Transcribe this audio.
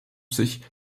sich